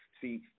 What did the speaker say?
See